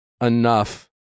enough